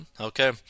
okay